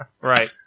Right